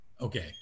Okay